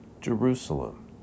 Jerusalem